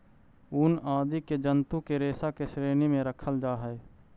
ऊन आदि के जन्तु के रेशा के श्रेणी में रखल जा हई